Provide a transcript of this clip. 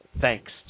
thanks